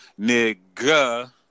nigga